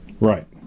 Right